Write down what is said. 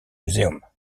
museum